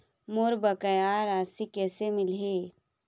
मोर बकाया राशि कैसे मिलही?